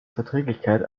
verträglichkeit